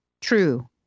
true